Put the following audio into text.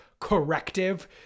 corrective